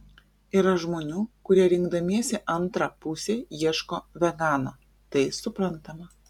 yra žmonių kurie rinkdamiesi antrą pusę ieško vegano tai suprantama